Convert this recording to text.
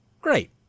Great